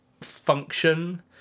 function